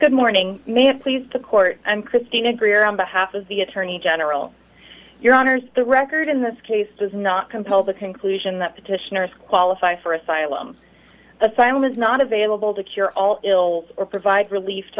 good morning ma'am please the court i'm christina greer on behalf of the attorney general your honour's the record in this case does not compel the conclusion that petitioners qualify for asylum asylum is not available to cure all ills or provide relie